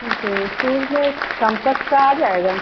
ठीक है सूज में कंपस का आ जाएगा